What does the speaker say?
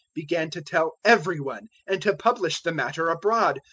began to tell every one and to publish the matter abroad,